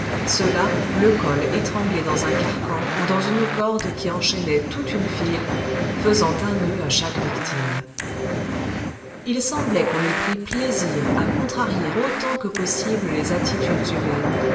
ceux-là le col étranglé dans un carcan ou dans une corde qui enchaînait toute une file faisant un nœud à chaque victime il semblait qu'on eût pris plaisir à contrarier autant que possible les attitudes humaines